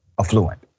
affluent